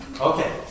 Okay